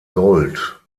gold